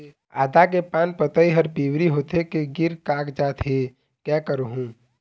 आदा के पान पतई हर पिवरी होथे के गिर कागजात हे, कै करहूं?